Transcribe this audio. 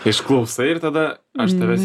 išklausai ir tada aš tavęs